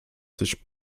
sich